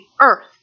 earth